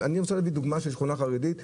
אני רוצה להביא דוגמה של שכונה חרדית בירושלים.